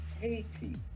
Haiti